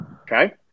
Okay